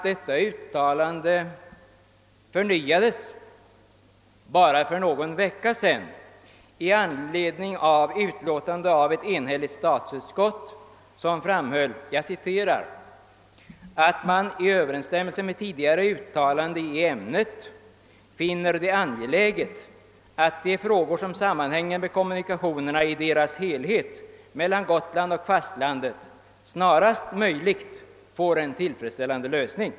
Detta uttalande förnyades för bara någon vecka sedan i anledning av utlåtande av ett enhälligt statsutskott, som framhöll att man — i överensstämmelse med tidigare uttalande i ämnet — finner det angeläget att de frågor som sammanhänger med kommunikationerna i deras helhet mellan Gotland och fastlandet snarast möjligt får en tillfredsställande lösning.